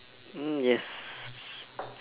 mm yes